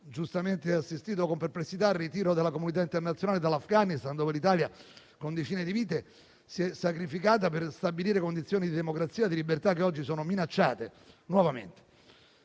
giustamente assistito con perplessità al ritiro della comunità internazionale dall'Afghanistan, dove l'Italia, con decine di vite, si è sacrificata per stabilire condizioni di democrazia e di libertà che oggi sono minacciate nuovamente.